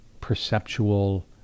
perceptual